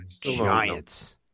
giants